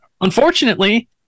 Unfortunately